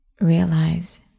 realize